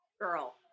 girl